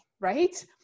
Right